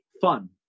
fun